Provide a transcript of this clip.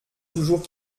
toujours